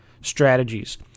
strategies